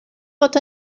bod